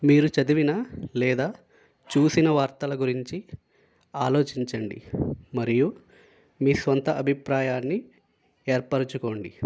మీరు చదివిన లేదా చూసిన వార్తల గురించి ఆలోచించండి మరియు మీ సొంత అభిప్రాయాన్ని ఏర్పరచుకోండి